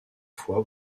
fois